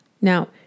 Now